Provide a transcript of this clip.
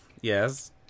Yes